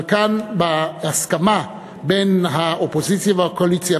אבל כאן בהסכמה בין האופוזיציה והקואליציה,